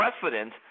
precedent